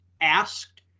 asked